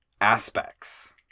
aspects